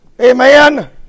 Amen